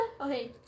Okay